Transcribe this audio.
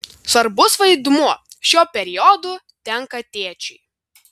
svarbus vaidmuo šiuo periodu tenka tėčiui